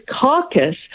caucus